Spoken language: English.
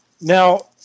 Now